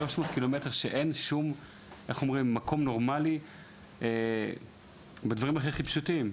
300 ק"מ שאין בהם שום מקום נורמלי לקבל את הדברים הכי הכי פשוטים.